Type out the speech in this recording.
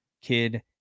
kid